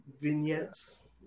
Vignettes